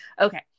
okay